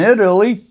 Italy